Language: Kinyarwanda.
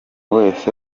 wese